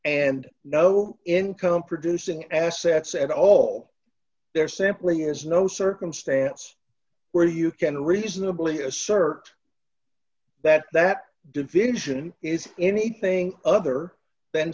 and no income producing assets at all there simply is no circumstance where you can reasonably assert that that division is anything other than